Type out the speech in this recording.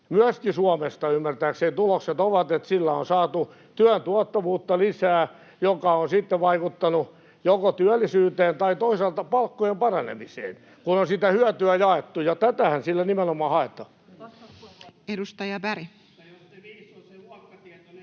myöskin Suomesta, ymmärtääkseni, tulokset ovat, että sillä on saatu työn tuottavuutta lisää, mikä on sitten vaikuttanut joko työllisyyteen tai toisaalta palkkojen paranemiseen, kun on sitä hyötyä jaettu, ja tätähän sillä nimenomaan haetaan. [Ben